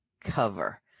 cover